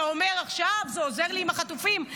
אתה אומר עכשיו, זה עוזר לי עם החטופים.